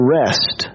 rest